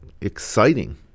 exciting